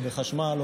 לא בחשמל,